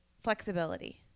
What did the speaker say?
flexibility